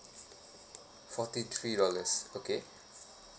forty three dollars okay